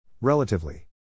Relatively